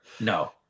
No